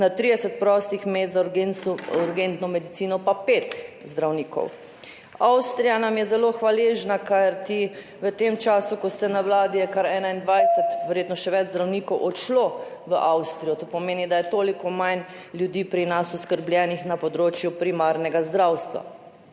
na 30 prostih mest za urgentno medicino pa pet zdravnikov. Avstrija nam je zelo hvaležna, kajti v tem času, ko ste na vladi, je kar 21, verjetno še več, zdravnikov odšlo v Avstrijo. To pomeni, da je toliko manj ljudi pri nas oskrbljenih na področju primarnega zdravstva,